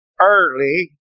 early